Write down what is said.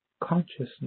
consciousness